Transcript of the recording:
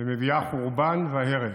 ומביאה חורבן והרס.